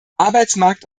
arbeitsmarkt